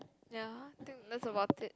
ya think that is about it